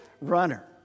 runner